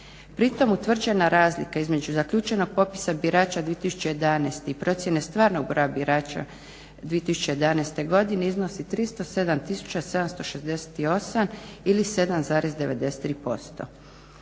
Pritom utvrđena razlika između zaključenog popisa birača 20011. i procjene stvarnog broja birača 2011. godine iznosi 307 768 ili 7,93%.